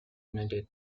united